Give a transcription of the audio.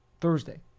Thursday